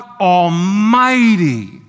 Almighty